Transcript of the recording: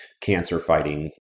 cancer-fighting